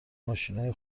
ماشینای